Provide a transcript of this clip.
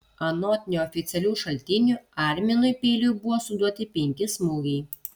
anot neoficialių šaltinių arminui peiliu buvo suduoti penki smūgiai